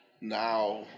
now